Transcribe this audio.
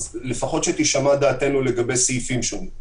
לפחות שתישמע דעתנו לגבי סעיפים שונים.